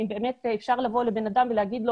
האם באמת אפשר לבוא לבן אדם ולומר לו